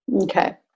Okay